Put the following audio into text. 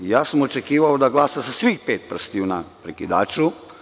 Ja sam očekivao da glasa sa svih pet prstiju na prekidaču.